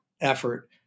effort